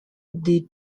des